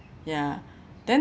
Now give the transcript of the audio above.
ya then